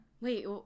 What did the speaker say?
wait